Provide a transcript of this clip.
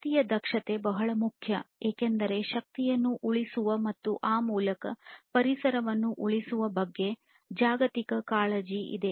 ಶಕ್ತಿಯ ದಕ್ಷತೆ ಬಹಳ ಮುಖ್ಯ ಏಕೆಂದರೆ ಶಕ್ತಿಯನ್ನು ಉಳಿಸುವ ಮತ್ತು ಆ ಮೂಲಕ ಪರಿಸರವನ್ನು ಉಳಿಸುವ ಬಗ್ಗೆ ಜಾಗತಿಕ ಕಾಳಜಿ ಇದೆ